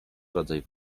rodzaj